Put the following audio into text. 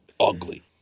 Ugly